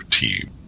team